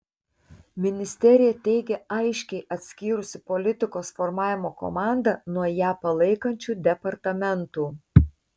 ministerija teigia aiškiai atskyrusi politikos formavimo komandą nuo ją palaikančių departamentų